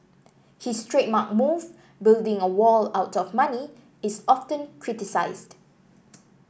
his trademark move building a wall out of money is often criticised